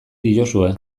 diozue